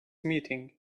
meeting